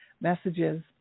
messages